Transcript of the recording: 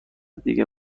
دیگه